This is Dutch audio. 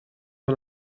van